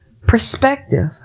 perspective